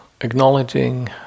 acknowledging